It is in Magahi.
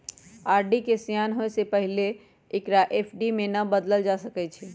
आर.डी के सेयान होय से पहिले एकरा एफ.डी में न बदलल जा सकइ छै